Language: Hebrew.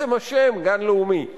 בחוק הזה.